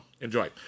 Enjoy